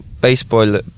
baseball